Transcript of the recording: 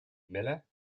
miller